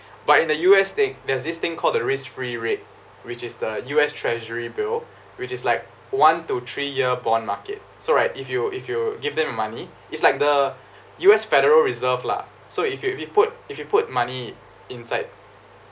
but in the U_S they there's this thing called the risk free rate which is the U_S treasury bill which is like one to three year bond market so right if you if you give them money it's like the U_S federal reserve lah so if if if you put if you put money inside